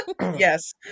Yes